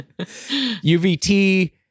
UVT